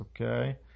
Okay